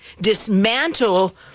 dismantle